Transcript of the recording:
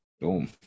Boom